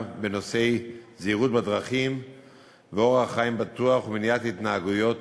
בנושאי זהירות בדרכים ואורח חיים בטוח ומניעת התנהגויות